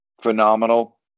phenomenal